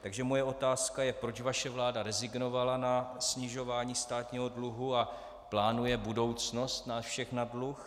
Takže moje otázka je, proč vaše vláda rezignovala na snižování státního dluhu a plánuje budoucnost nás všech na dluh.